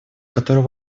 который